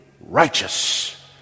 Righteous